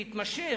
מתמשך,